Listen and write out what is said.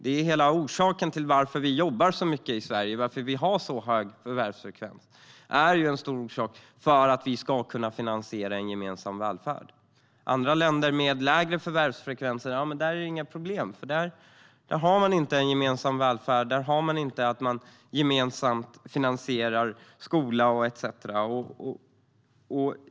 En huvudorsak till att vi jobbar så mycket i Sverige och har en hög förvärvsfrekvens är att vi ska kunna finansiera en gemensam välfärd. Andra länder har lägre förvärvsfrekvens utan att det är ett problem, men de har inte en gemensam välfärd och gemensam finansiering av skola etcetera.